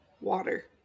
water